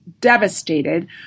devastated